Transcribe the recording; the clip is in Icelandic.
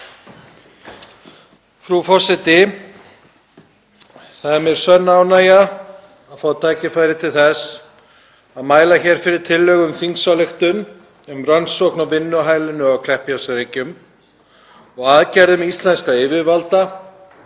Frú forseti. Það er mér sönn ánægja að fá tækifæri til að mæla hér fyrir tillögu um þingsályktun um rannsókn á vinnuhælinu á Kleppjárnsreykjum og aðgerðum íslenskra yfirvalda